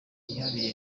kihariye